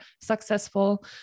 successful